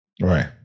Right